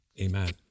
Amen